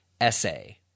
essay